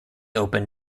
open